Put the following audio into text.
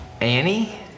Annie